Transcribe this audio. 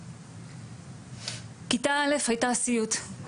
כיתה א' הייתה סיוט,